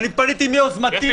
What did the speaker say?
אני פניתי מיוזמתי.